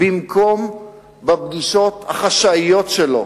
במקום בפגישות החשאיות שלו